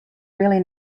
really